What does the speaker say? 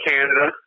Canada